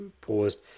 paused